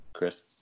Chris